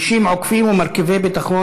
זה עובר לוועדת החינוך